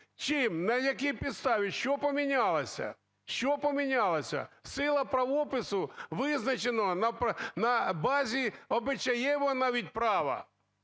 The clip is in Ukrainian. Чим? На якій підставі? Що помінялося? Що помінялося? Сила правопису визначеного на базі обичаєвого навіть права,